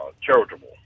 charitable